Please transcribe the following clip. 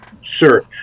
Sure